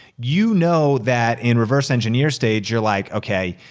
you know that in reverse-engineer stage, you're like okay,